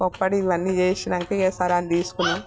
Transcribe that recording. పోప్పడి ఇవన్నీ చేసాక సరాన్నీ తీసుకున్నాం